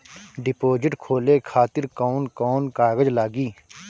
Deposit खोले खातिर कौन कौन कागज लागी?